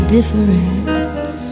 difference